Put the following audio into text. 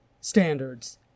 standards